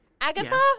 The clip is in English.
Agatha